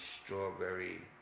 strawberry